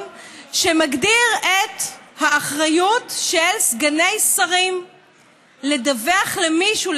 שמגדיר את האחריות של סגני שרים לדווח למישהו,